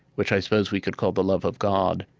which i suppose we could call the love of god,